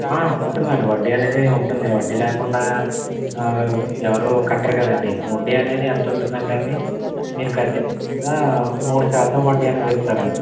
ఆ ఉంటుంది అండి వడ్డీ అనేది ఉంటుంది వడ్డీ లేకుండా ఎవరూ కట్టరు కదండీ వడ్డీ అనేది ఎంత ఉంటుంది అంటే అండి మీరు కట్టే దానిమీద మూడు శాతం వడ్డీ అనేది ఇస్తారండి